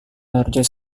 larger